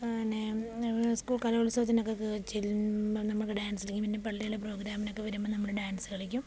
തന്നെ സ്കൂൾ കലോത്സവത്തിനൊക്കെ ചെല്ലുമ്പം നമുക്ക് ഡാൻസ് ടീമിനും പിന്നെ പള്ളിയിലെ പ്രോഗ്രാമിനൊക്കെ വരുമ്പോൾ നമ്മൾ ഡാൻസ് കളിക്കും